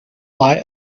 lie